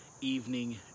evening